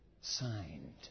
signed